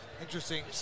interesting